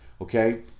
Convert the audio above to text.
okay